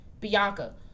Bianca